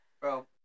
Bro